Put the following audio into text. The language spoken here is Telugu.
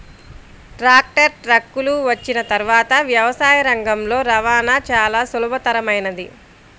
ట్రాక్టర్, ట్రక్కులు వచ్చిన తర్వాత వ్యవసాయ రంగంలో రవాణా చాల సులభతరమైంది